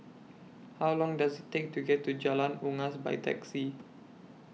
How Long Does IT Take to get to Jalan Unggas By Taxi